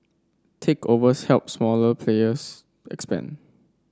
takeovers helped smaller players expand